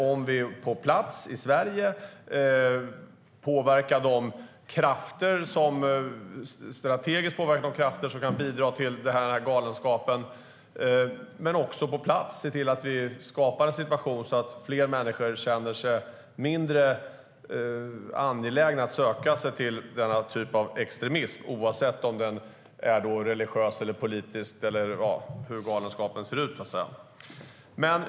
Det är centralt att vi på plats i Sverige strategiskt påverkar de krafter som kan bidra till den här galenskapen men också på plats ser till att skapa en situation som gör att fler människor känner sig mindre angelägna att söka sig till denna typ av extremism, oavsett om den är religiös eller politisk eller hur galenskapen nu ser ut.